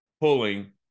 pulling